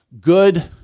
good